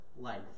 life